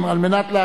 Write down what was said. נתקבלה.